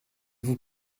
vous